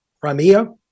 Crimea